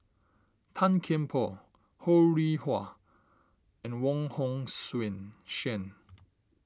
Tan Kian Por Ho Rih Hwa and Wong Hong Suen